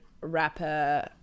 rapper